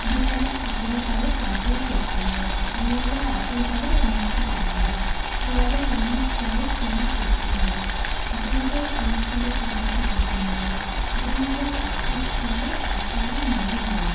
দু হাজার সতেরো সালে পাঁচই সেপ্টেম্বর দু হাজার আঠেরো সালে উনিশে জানুয়ারি দু হাজার উনিশ সালে কুড়ি সেপ্টেম্বর দু হাজার কুড়ি সালে পঁচিশে ডিসেম্বর দু হাজার একুশ সালে আঠেরোই নভেম্বর